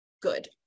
good